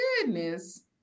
goodness